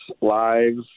lives